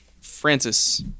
Francis